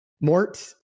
Mort